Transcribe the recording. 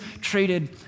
treated